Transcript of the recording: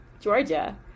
Georgia